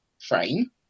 frame